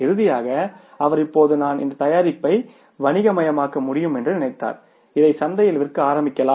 இறுதியாக அவர் இப்போது நான் இந்த தயாரிப்பை வணிகமயமாக்க முடியும் என்று நினைத்தார் இதை சந்தையில் விற்க ஆரம்பிக்கலாம்